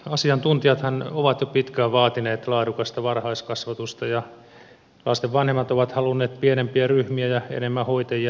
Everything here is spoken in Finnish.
asiantuntijathan ovat jo pitkään vaatineet laadukasta varhaiskasvatusta ja lasten vanhemmat ovat halunneet pienempiä ryhmiä ja enemmän hoitajia päiväkoteihin